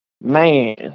Man